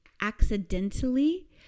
accidentally